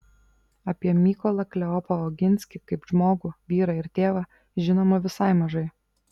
apie mykolą kleopą oginskį kaip žmogų vyrą ir tėvą žinoma visai mažai